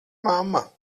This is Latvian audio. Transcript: mamma